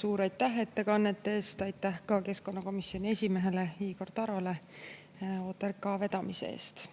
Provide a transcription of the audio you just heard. suur aitäh ettekannete eest! Aitäh ka keskkonnakomisjoni esimehele Igor Tarole OTRK vedamise eest!